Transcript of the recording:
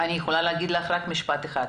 אני יכולה להגיד לך רק משפט אחד: